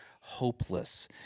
hopeless